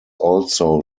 also